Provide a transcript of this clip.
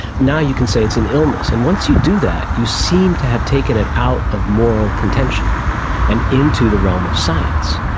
now you can say it's an illness. and once you do that you seem to have taken it out of moral contention and into the realm of science.